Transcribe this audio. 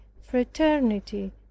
fraternity